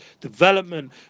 development